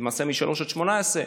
ולמעשה משלוש עד 18,